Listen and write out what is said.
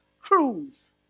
cruise